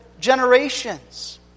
generations